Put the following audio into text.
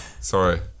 Sorry